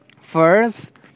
First